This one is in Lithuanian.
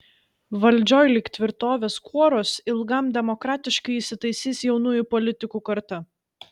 valdžioj lyg tvirtovės kuoruos ilgam demokratiškai įsitaisys jaunųjų politikų karta